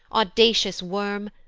audacious worm!